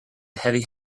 heavy